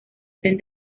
tren